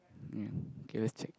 ya K let's check